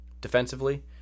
Defensively